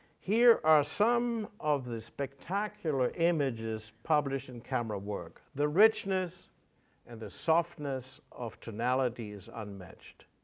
here are some of the spectacular images published in camera work. the richness and the softness of tonality is unmatched.